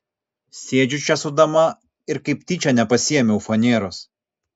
sėdžiu čia su dama ir kaip tyčia nepasiėmiau faneros